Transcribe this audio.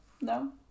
no